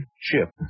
chip